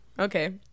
Okay